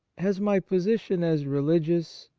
has my position as religious,